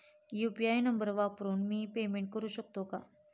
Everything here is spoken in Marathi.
यु.पी.आय नंबर वापरून मी पेमेंट करू शकते का?